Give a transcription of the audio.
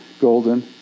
golden